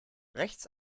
rechts